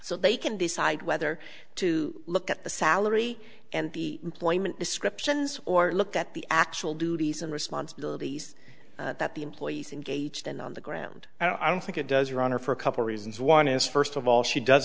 so they can decide whether to look at the salary and the employment descriptions or look at the actual duties and responsibilities that the employees engaged in on the ground and i don't think it does your honor for a couple reasons one is first of all she does